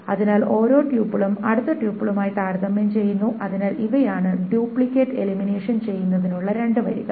അതിനാൽ ഓരോ ട്യൂപ്പിളും അടുത്ത ട്യൂപ്പിളുമായി താരതമ്യം ചെയ്യുന്നു അതിനാൽ ഇവയാണ് ഡ്യൂപ്ലിക്കേറ്റ് എലിമിനേഷൻ ചെയ്യുന്നതിനുള്ള രണ്ട് വഴികൾ